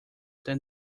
than